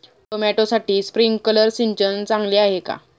टोमॅटोसाठी स्प्रिंकलर सिंचन चांगले आहे का?